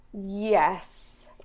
Yes